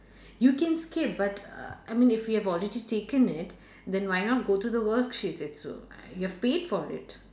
you can skip but uh I mean if you've already taken it then why not go through the worksheets also you've paid for it